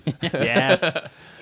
Yes